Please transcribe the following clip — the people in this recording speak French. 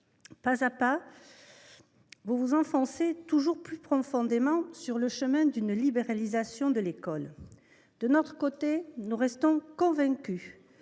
Pas à pas, vous vous enfoncez toujours plus profondément sur le chemin d’une libéralisation de l’école. De notre côté, nous restons convaincus